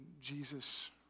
Jesus